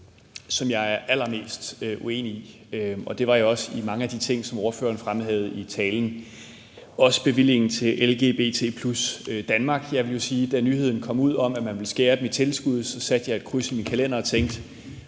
som jeg er allermest uenig med, og det var jeg også i mange af de ting, som ordføreren fremhæver i talen, også bevillingen til LGBT+ Danmark. Jeg vil jo sige, at da nyheden kom ud om, at man vil skære dem i tilskuddet, satte jeg et kryds i min kalender og tænkte: